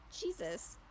Jesus